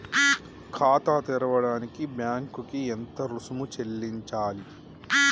ఖాతా తెరవడానికి బ్యాంక్ కి ఎంత రుసుము చెల్లించాలి?